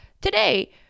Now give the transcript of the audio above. Today